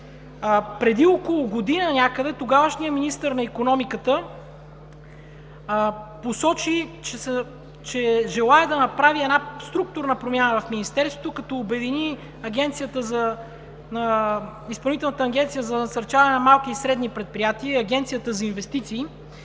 Преди около година някъде тогавашният министър на икономиката посочи, че желае да направи една структурна промяна в Министерството, като обедини Изпълнителната агенция за насърчаване на малки и средни предприятия и Агенцията за инвестиции